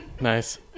Nice